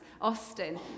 Austin